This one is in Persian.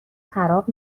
خراب